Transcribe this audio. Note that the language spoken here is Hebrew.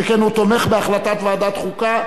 שכן הוא תומך בהחלטת ועדת חוקה.